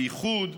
בייחוד,